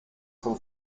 von